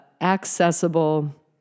accessible